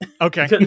Okay